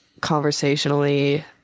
conversationally